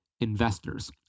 investors